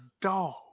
dog